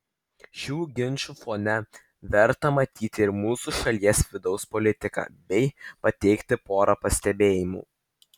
šių ginčų fone verta matyti ir mūsų šalies vidaus politiką bei pateikti porą pastebėjimų